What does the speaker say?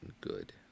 good